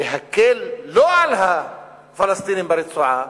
ניסיון לרצות גורמים בעולם כדי להקל לא על הפלסטינים ברצועה,